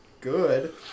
good